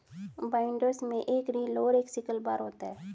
binders में एक reel और एक सिकल बार होता है